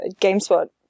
GameSpot